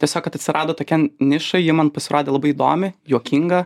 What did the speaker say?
tiesiog kad atsirado tokia niša ji man pasirodė labai įdomi juokinga